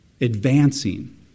advancing